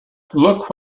look